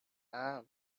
امن